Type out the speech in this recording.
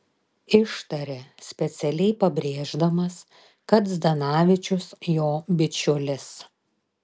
ištarė specialiai pabrėždamas kad zdanavičius jo bičiulis